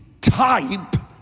type